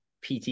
PT